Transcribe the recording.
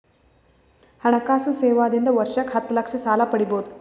ಹಣಕಾಸು ಸೇವಾ ದಿಂದ ವರ್ಷಕ್ಕ ಹತ್ತ ಲಕ್ಷ ಸಾಲ ಪಡಿಬೋದ?